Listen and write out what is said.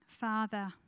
Father